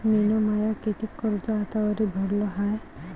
मिन माय कितीक कर्ज आतावरी भरलं हाय?